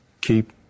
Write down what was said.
keep